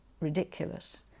ridiculous